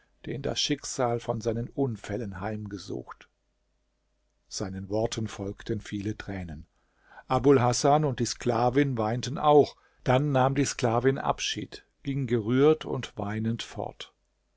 den das schicksal mit seinen unfällen heimgesucht seinen worten folgten viele tränen abul hasan und die sklavin weinten auch dann nahm die sklavin abschied ging gerührt und weinend fort